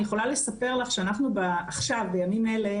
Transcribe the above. אני יכולה לספר לך שאנחנו עכשיו בימים אלה